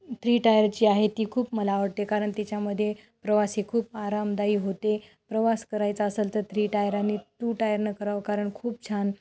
three tier जी आहे ती खूप मला आवडते कारण त्याच्यामध्ये प्रवास हे खूप आरामदायी होते प्रवास करायचा असेल तर थ्री टायर आणि टू टायरनं करावं कारण खूप छान